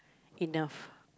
enough